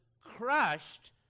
crushed